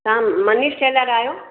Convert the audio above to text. तव्हआं Manish tailor आहियो